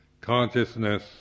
Consciousness